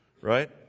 right